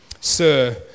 sir